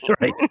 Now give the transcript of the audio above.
Right